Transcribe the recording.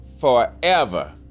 forever